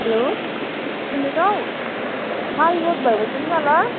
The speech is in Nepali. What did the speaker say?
हेलो सुन्दैछौ माल रोड भएर जाउँ न ल